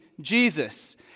Jesus